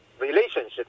relationship